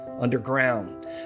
underground